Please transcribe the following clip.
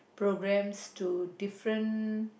programs to different